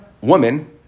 woman